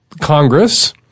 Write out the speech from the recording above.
Congress